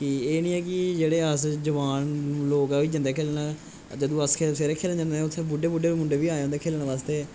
कि एह् नीं ऐ कि जेह्ड़े अस जवान लोक गै जंदे खेलन जदूं अस सारे खेलन जंदे हे उत्थै बुढ़े बुढ़े बी आंदे हे खेढ़न वास्ते